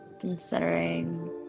considering